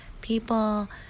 people